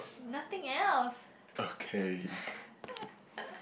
nothing else